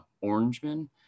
orangeman